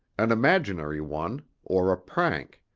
an imaginary one or a prank.